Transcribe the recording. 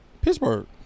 Pittsburgh